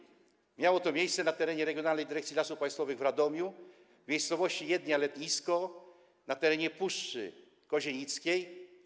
Upamiętnienie to miało miejsce na terenie Regionalnej Dyrekcji Lasów Państwowych w Radomiu, w miejscowości Jedlnia-Letnisko, na teranie Puszczy Kozienickiej.